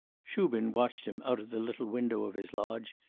shubin watched him out of the little window of his lodge,